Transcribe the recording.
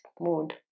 mode